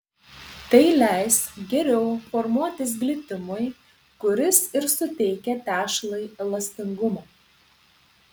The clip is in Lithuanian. tai leis geriau formuotis glitimui kuris ir suteikia tešlai elastingumo